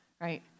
Right